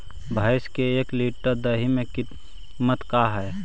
भैंस के एक लीटर दही के कीमत का है?